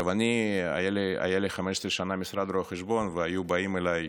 היה לי 15 שנה משרד רואה חשבון, והיו באים אליי